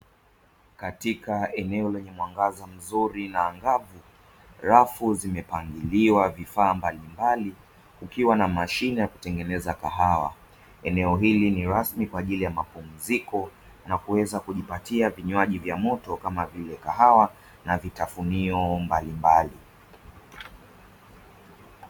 Katika eneo lenye mwangaza mzuri na angavu, rafu zimepangiliwa vifaa mbalimbali ikiwa na mashine ya kutengeneza kahawa. Eneo hili ni kwa ajili ya mapumziko na kuweza kujipatia vinywaji vya moto kama vile kahawa na vitaafunio mbalimbali.